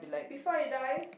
before I die